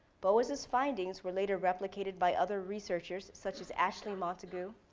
boas's findings were later replicated by other researchers such as ashley montagu,